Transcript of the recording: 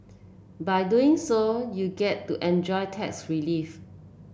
by doing so you get to enjoy tax relief